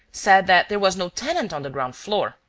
said that there was no tenant on the ground floor.